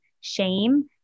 shame